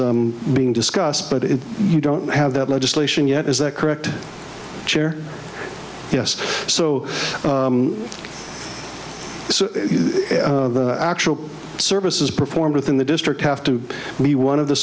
s being discussed but if you don't have that legislation yet is that correct chair yes so actual service is performed within the district have to be one of the